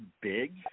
big